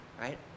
right